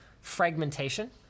fragmentation